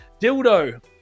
Dildo